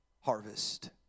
harvest